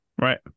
right